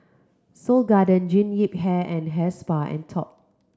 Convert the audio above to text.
Seoul Garden Jean Yip Hair and Hair Spa and Top